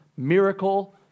Miracle